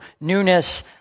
newness